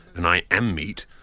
and i am meat,